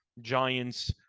Giants